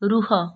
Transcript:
ରୁହ